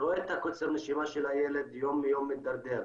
אני רואה את קוצר הנשימה של הילד יום יום מידרדר,